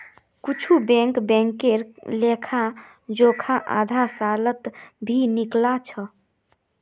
कुछु बैंक बैंकेर लेखा जोखा आधा सालत भी निकला छ